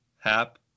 Hap